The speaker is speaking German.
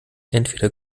entweder